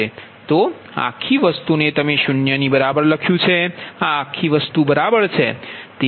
તો આખી વસ્તુ ને તમે 0 ની બરાબર લખ્યું છે આ આખી વસ્તુ બરાબર છે